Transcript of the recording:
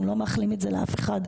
אנחנו לא מאחלים את זה לאף אחד,